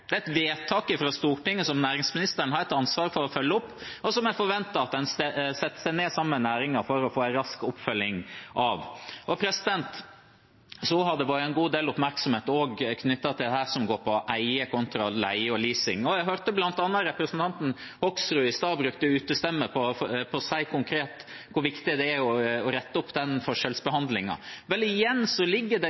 Det er et vedtak i Stortinget som næringsministeren har et ansvar for å følge opp, og jeg forventer at en setter seg ned sammen med næringen for å få en rask oppfølging av det. Det har vært en god del oppmerksomhet knyttet til det som går på eie kontra leie og leasing. Jeg hørte bl.a. representanten Hoksrud i stad bruke utestemme på å si konkret hvor viktig det er å rette opp den forskjellsbehandlingen. Men igjen ligger det